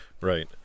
Right